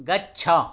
गच्छ